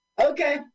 okay